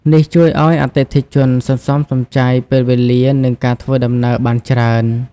នេះជួយឲ្យអតិថិជនសន្សំសំចៃពេលវេលា និងការធ្វើដំណើរបានច្រើន។